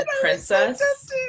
princess